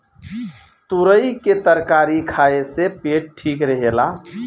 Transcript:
तुरई के तरकारी खाए से पेट ठीक रहेला